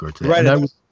right